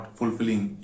fulfilling